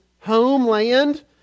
homeland